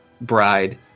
bride